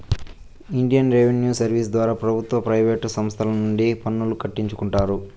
Indian revenue service ద్వారా ప్రభుత్వ private సంస్తల నుండి పన్నులు కట్టించుకుంటారు